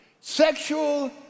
sexual